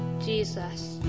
Jesus